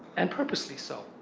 and purposely so,